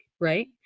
right